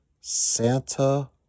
Santa